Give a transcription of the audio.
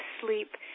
sleep